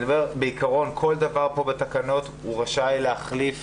בעיקרון כל דבר כאן בתקנות הוא רשאי להחליף